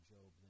Job